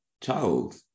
child